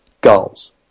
goals